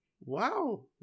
Wow